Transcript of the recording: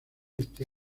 este